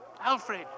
Alfred